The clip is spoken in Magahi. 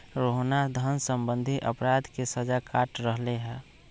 रोहना धन सम्बंधी अपराध के सजा काट रहले है